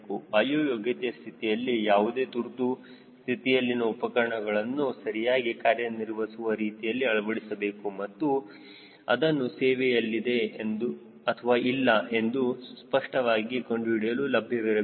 ವಾಯು ಯೋಗ್ಯತೆಯ ಸ್ಥಿತಿಯಲ್ಲಿ ಯಾವುದೇ ತುರ್ತು ಸ್ಥಿತಿಯಲ್ಲಿನ ಉಪಕರಣವನ್ನು ಸರಿಯಾಗಿ ಕಾರ್ಯನಿರ್ವಹಿಸುವ ರೀತಿಯಲ್ಲಿ ಅಳವಡಿಸಬೇಕು ಮತ್ತು ಅದನ್ನು ಸೇವೆಯಲ್ಲಿದೆ ಅಥವಾ ಇಲ್ಲ ಎಂದು ಸ್ಪಷ್ಟವಾಗಿ ಕಂಡುಹಿಡಿಯಲು ಲಭ್ಯವಿರಬೇಕು